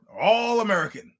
all-American